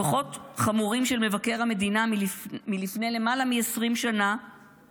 דוח חמור של מבקר המדינה מלפני למעלה מ-20 שנה